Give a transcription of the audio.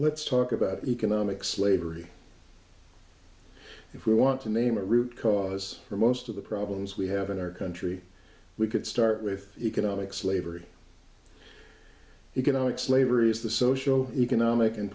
let's talk about economic slavery if we want to name a root cause for most of the problems we have in our country we could start with economic slavery economic slavery is the social economic and